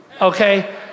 okay